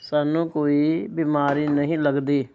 ਸਾਨੂੰ ਕੋਈ ਬਿਮਾਰੀ ਨਹੀਂ ਲੱਗਦੀ